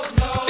no